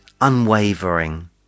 unwavering